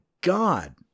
God